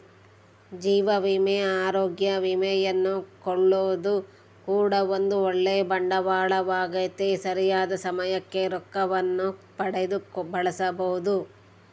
ಜೀವ ವಿಮೆ, ಅರೋಗ್ಯ ವಿಮೆಯನ್ನು ಕೊಳ್ಳೊದು ಕೂಡ ಒಂದು ಓಳ್ಳೆ ಬಂಡವಾಳವಾಗೆತೆ, ಸರಿಯಾದ ಸಮಯಕ್ಕೆ ರೊಕ್ಕವನ್ನು ಪಡೆದು ಬಳಸಬೊದು